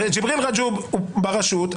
הרי ג'יבריל רג'וב הוא ברשות,